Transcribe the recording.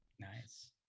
nice